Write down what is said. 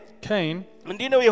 Cain